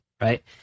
right